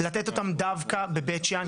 לתת אותן דווקא בבית שאן,